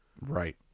Right